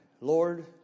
Lord